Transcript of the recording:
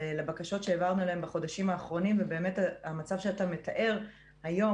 לבקשות שהעברנו אליהם בחודשים האחרונים ובאמת המצב שאתה מתאר היום